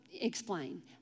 explain